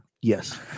Yes